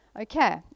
okay